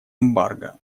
эмбарго